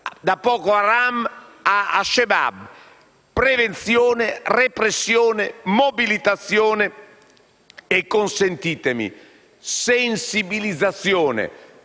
da Boko Haram ad Al Shabaab. Prevenzione, repressione, mobilitazione e, consentitemi, sensibilizzazione.